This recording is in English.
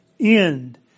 End